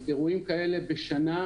אירועים כאלה בשנה,